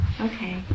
Okay